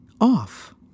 off